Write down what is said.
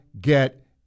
get